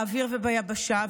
באוויר וביבשה,